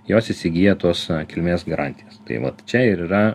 jos įsigyja tuos kilmės garanti tai vat čia ir yra